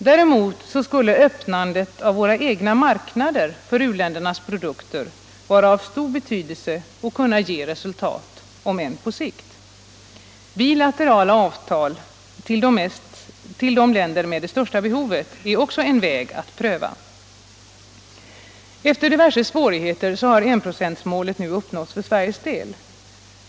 Däremot skulle öppnandet av vår egna marknader för u-ländernas produkter vara av stor betydelse och kunna ge resultat om än på sikt. Bilaterala avtal med de länder som har de största behoven är också en väg att pröva. Efter diverse svårigheter har enprocentsmålet nu uppnåtts för Sveriges del.